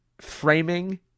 framing